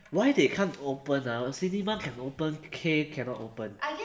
why they can't open ah cinema can open K cannot open